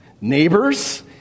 neighbors